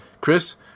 Chris